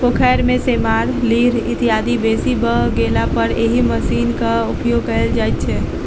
पोखैर मे सेमार, लीढ़ इत्यादि बेसी भ गेलापर एहि मशीनक उपयोग कयल जाइत छै